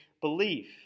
belief